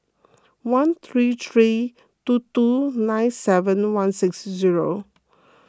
one three three two two nine seven one six zero